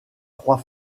trois